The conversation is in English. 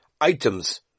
items